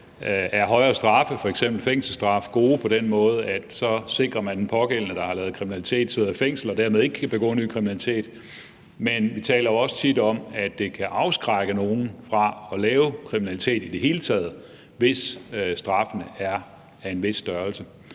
om højere straffe, f.eks. fængselsstraffe, er gode på den måde, at så sikrer man, at den pågældende, der har lavet kriminalitet, sidder i fængsel og dermed ikke kan begå ny kriminalitet, dels at det kan afskrække nogle fra at lave kriminalitet i det hele taget, hvis straffene er af en vis størrelse.